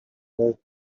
that